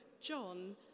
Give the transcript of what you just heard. John